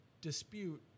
dispute